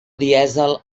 dièsel